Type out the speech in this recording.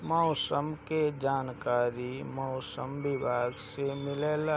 मौसम के जानकारी मौसम विभाग से मिलेला?